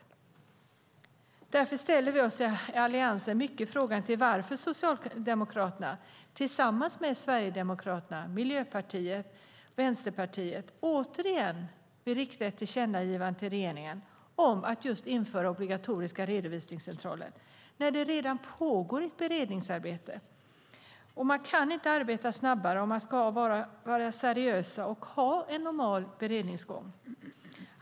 I Alliansen ställer vi oss mycket frågande till varför Socialdemokraterna tillsammans med Sverigedemokraterna, Miljöpartiet och Vänsterpartiet återigen vill göra ett tillkännagivande till regeringen om att införa obligatoriska redovisningscentraler när det redan pågår ett beredningsarbete. Man kan inte arbeta snabbare om man ska vara seriös och ha en normal beredningsgång.